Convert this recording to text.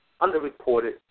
underreported